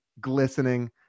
Glistening